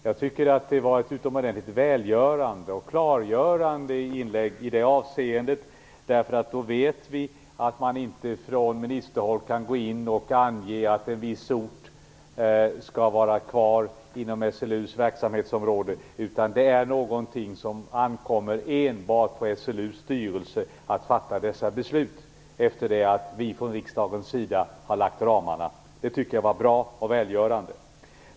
Jag tycker det var ett utomordentligt välgörande och klargörande inlägg i det avseendet. Då vet vi att man inte från ministerhåll kan gå in och ange att en viss ort skall vara kvar inom SLU:s verksamhetsområde. Det ankommer enbart på SLU:s styrelse att fatta dessa beslut sedan rikdagen har fastlagt ramarna. Det tycker jag var bra och välgörande.